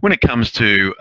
when it comes to